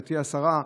גברתי השרה,